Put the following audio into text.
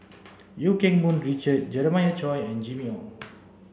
Eu Keng Mun Richard Jeremiah Choy and Jimmy Ong